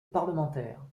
parlementaire